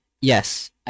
Yes